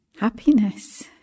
happiness